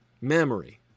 memory